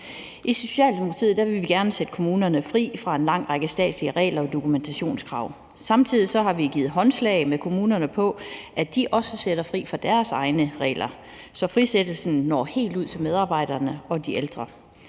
I Socialdemokratiet vil vi gerne sætte kommunerne fri fra en lang række statslige regler og dokumentationskrav, og samtidig har vi givet kommunerne håndslag på, at de også sætter sig fri fra deres egne regler, så frisættelsen når helt ud til medarbejderne og de ældre.